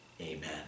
Amen